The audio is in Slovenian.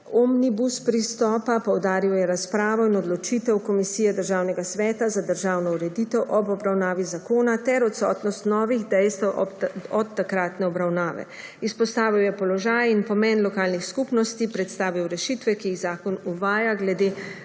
omnibus pristopa, poudaril je razpravo in odločitev Komisije Državnega sveta za državno ureditev ob obravnavi zakona ter odsotnost novih dejstev od takratne obravnave. Izpostavil je položaj in pomen lokalnih skupnosti, predstavil rešitve, ki jih zakon uvaja glede